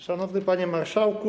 Szanowny Panie Marszałku!